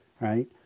right